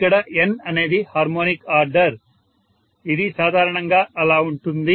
ఇక్కడ N అనేది harmonic order ఇది సాధారణంగా అలా ఉంటుంది